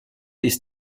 ist